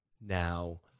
now